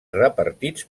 repartits